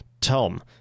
Tom